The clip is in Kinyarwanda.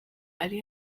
ari